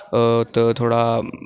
अ त थोड़ा